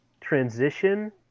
transition